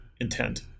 intent